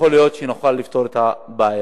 שנוכל לפתור את הבעיה.